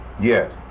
Yes